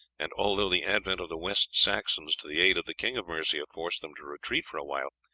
and although the advent of the west saxons to the aid of the king of mercia forced them to retreat for a while,